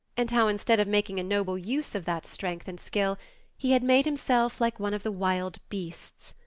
and how instead of making a noble use of that strength and skill he had made himself like one of the wild beasts.